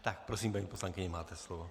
Tak prosím, paní poslankyně, máte slovo.